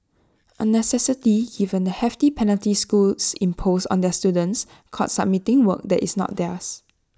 A necessity given the hefty penalties schools impose on their students caught submitting work that is not theirs